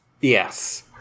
Yes